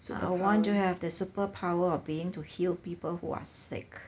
I want to have the superpower of being to heal people who are sick